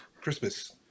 Christmas